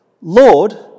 Lord